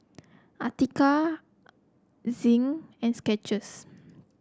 Atira Zinc and Skechers